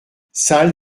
salle